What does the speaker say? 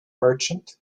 merchant